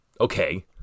Okay